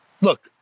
look